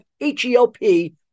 H-E-L-P